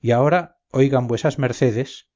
y agora oigan vuesas mercedes